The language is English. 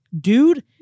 dude